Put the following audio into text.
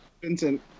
Vincent